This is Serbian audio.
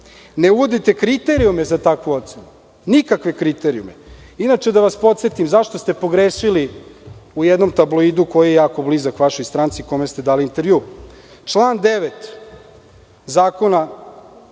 Ne uvodite kriterijume za takvu ocenu, nikakve kriterijume. Da vas podsetim zašto ste pogrešili u jednom tabloidu koji je jako blizak vašoj stranci, kome ste dali intervju. Član 9. Zakona